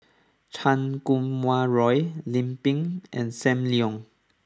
Chan Kum Wah Roy Lim Pin and Sam Leong